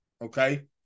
okay